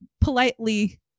politely